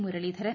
Muraleedharan